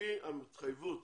לפי ההתחייבות